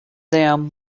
them